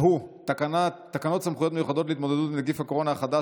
שהוא תקנות סמכויות מיוחדות להתמודדות עם נגיף הקורונה החדש